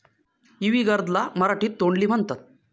इवी गर्द ला मराठीत तोंडली म्हणतात